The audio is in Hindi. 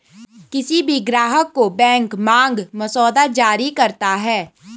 किसी भी ग्राहक को बैंक मांग मसौदा जारी करता है